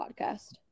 podcast